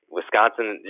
Wisconsin